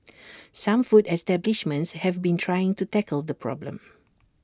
some food establishments have been trying to tackle the problem